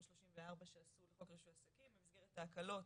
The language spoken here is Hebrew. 34 של חוק רישוי עסקים מסביר את ההקלות